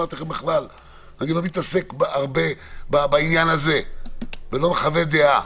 אני לא מתעסק הרבה בעניין הזה ולא מחווה דעה.